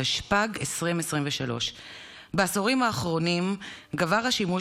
התשפ"ג 2023. בעשורים האחרונים גבר השימוש